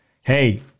Hey